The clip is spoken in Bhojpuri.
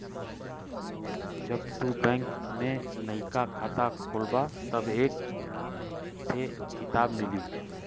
जब तू बैंक में नइका खाता खोलबा तब एक थे किताब मिली